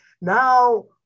now